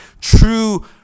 true